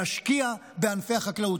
להשקיע בענפי החקלאות,